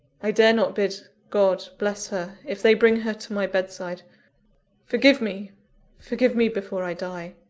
i dare not bid god bless her, if they bring her to my bedside forgive me forgive me before i die!